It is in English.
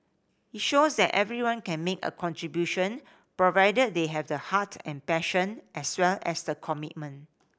it shows that everyone can make a contribution provided they have the heart and passion as well as the commitment